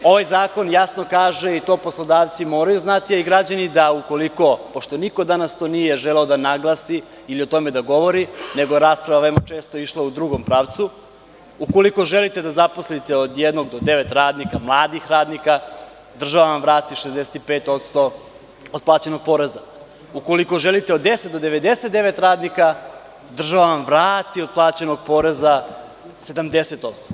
Ovaj zakon jasno kaže, i to poslodavci moraju znati a i građani, da ukoliko, pošto to niko danas nije želeo da naglasi ili o tome da govori, nego je rasprava išla veoma često u drugom pravcu, ukoliko želite da zaposlite od jednog do devet radnika, mladih radnika, država vam vrati 65% od plaćenog poreza, ukoliko želite od 10 do 99 radnika da zaposlite, država vam vrati od plaćenog poreza 70%